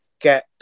get